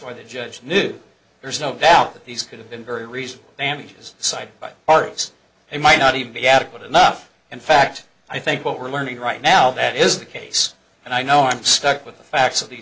why the judge knew there's no doubt that these could have been very recent damages side by our lives they might not even be adequate enough in fact i think what we're learning right now that is the case and i know i'm stuck with the facts of the